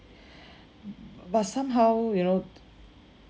but somehow you know